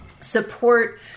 support